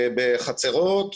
בחצרות,